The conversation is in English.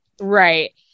right